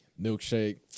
Milkshake